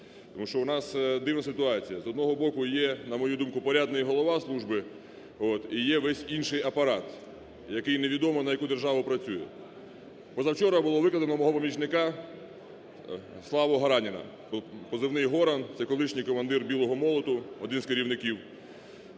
тому що у нас дивна ситуація: з одного боку є, на мою думку, порядний Голова служби і є весь інший апарат, який невідомо, на яку державу працює. Позавчора було викрадено мого помічника Славу Гораніна (позивний "Горан") – це колишній командир "Білого Молоту", один з керівників.